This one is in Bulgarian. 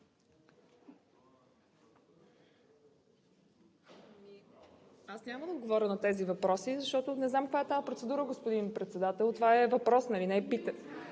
Аз няма да отговоря на тези въпроси, защото не знам каква е тази процедура, господин Председател. Това е въпрос, нали? Не е питане.